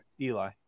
Eli